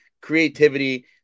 Creativity